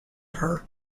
her